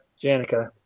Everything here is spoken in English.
Janica